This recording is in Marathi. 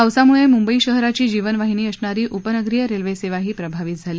पावसामुळे मुंबई शहराची जीवनवाहिनी असणारी उपनगरीय रेल्वेसेवाही प्रभावीत झाली